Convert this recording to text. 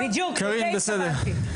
בדיוק לזה התכוונתי.